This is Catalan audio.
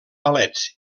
palets